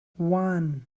one